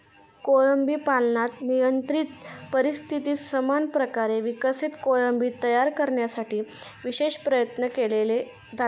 कोळंबी पालनात नियंत्रित परिस्थितीत समान प्रकारे विकसित कोळंबी तयार करण्यासाठी विशेष प्रयत्न केले जातात